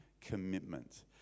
commitment